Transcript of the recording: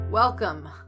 Welcome